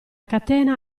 catena